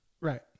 Right